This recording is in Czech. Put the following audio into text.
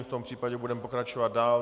V tom případě budeme pokračovat dál.